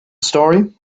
story